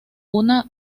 una